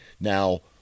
Now